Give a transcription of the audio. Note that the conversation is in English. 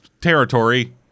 territory –